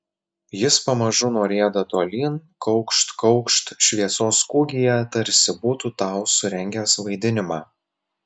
jis pamažu nurieda tolyn kaukšt kaukšt šviesos kūgyje tarsi būtų tau surengęs vaidinimą